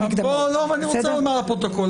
אני רוצה לומר לפרוטוקול,